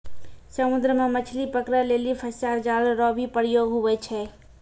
समुद्र मे मछली पकड़ै लेली फसा जाल रो भी प्रयोग हुवै छै